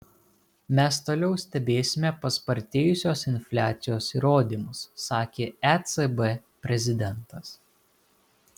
mes toliau stebėsime paspartėjusios infliacijos įrodymus sakė ecb prezidentas